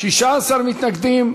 16 מתנגדים.